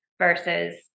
versus